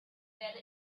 werde